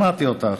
שמעתי אותך,